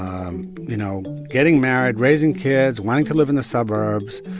um you know getting married, raising kids, wanting to live in the suburbs,